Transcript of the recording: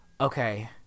okay